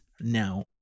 now